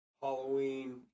Halloween